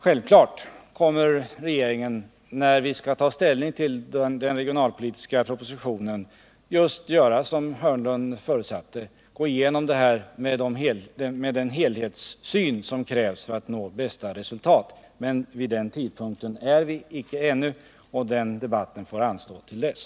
Självfallet kommer vi i regeringen, när vi skall ta ställning till den regionalpolitiska propositionen, att göra just så som Börje Hörnlund förutsatte: gå igenom allt detta för att få den helhetssyn som krävs för att vi skall kunna nå bästa resultat. Men vid den tidpunkten är vi icke ännu, och den debatten får därför anstå till dess.